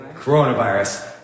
coronavirus